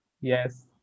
yes